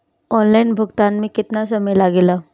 Online भुगतान में केतना समय लागेला?